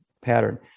pattern